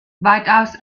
weitaus